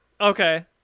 Okay